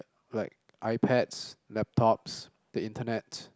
like iPads laptops the Internet